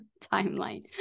timeline